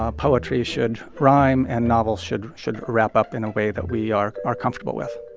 ah poetry should rhyme. and novels should should wrap up in a way that we are are comfortable with